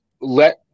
let